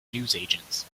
newsagents